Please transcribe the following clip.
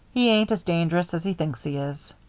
he ain't as dangerous as he thinks he is.